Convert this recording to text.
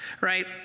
Right